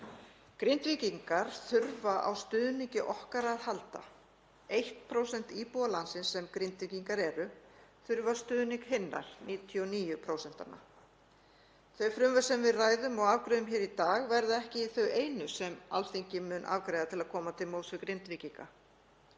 Grindvíkingar þurfa á stuðningi okkar að halda. 1% íbúa landsins sem Grindvíkingar eru þurfa stuðning hinna 99%. Þau frumvörp sem við ræðum og afgreiðum hér í dag verða ekki þau einu sem Alþingi mun afgreiða til að koma til móts við Grindvíkinga.